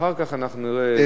ואחר כך אנחנו נראה.